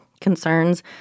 concerns